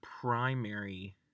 primary